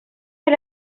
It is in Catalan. fer